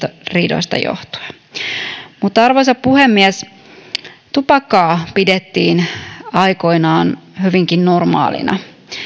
ristiriidoista johtuen arvoisa puhemies tupakkaa pidettiin aikoinaan hyvinkin normaalina